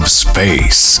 space